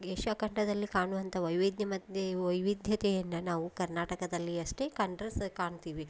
Asia ಖಂಡದಲ್ಲಿ ಕಾಣುವಂಥ ವೈವಿಧ್ಯ ಮಧ್ಯೆ ವೈವಿಧ್ಯತೆಯನ್ನು ನಾವು ಕರ್ನಾಟಕದಲ್ಲಿ ಅಷ್ಟೇ ಕಂಡರೆ ಸ ಕಾಣ್ತೀವಿ